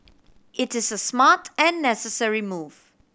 it is a smart and necessary move